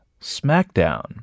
Smackdown